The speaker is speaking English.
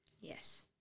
Yes